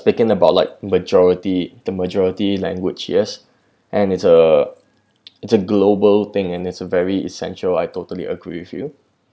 thinking about like majority the majority language yes and it's uh it's a global thing and it's uh very essential I totally agree with you